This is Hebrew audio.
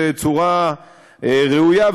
בצורה ראויה,